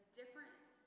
different